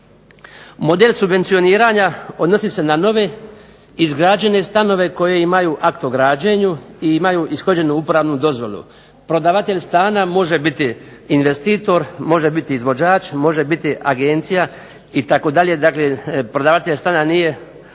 Model subvencioniranja odnosi se na nove izgrađene stanove koji imaju akt o građenju i imaju ishođenu uporabnu dozvolu. Prodavatelj stana može biti investitor, može biti izvođač, može biti agencija itd. Dakle, prodavatelj stana nije unaprijed